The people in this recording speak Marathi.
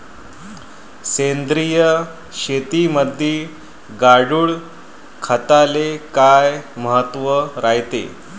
सेंद्रिय शेतीमंदी गांडूळखताले काय महत्त्व रायते?